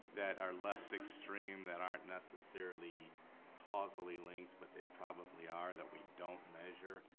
that are less extreme that aren't necessarily causally linked but they probably are that we don't measure.